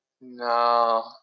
no